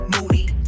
moody